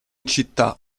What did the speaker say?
città